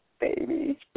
baby